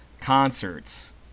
concerts